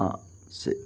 ആ ശരി